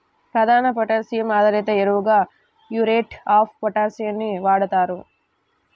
ప్రధాన పొటాషియం ఆధారిత ఎరువుగా మ్యూరేట్ ఆఫ్ పొటాష్ ని వాడుతారు